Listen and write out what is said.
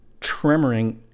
tremoring